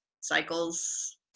cycles